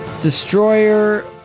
destroyer